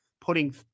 putting